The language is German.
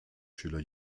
schüler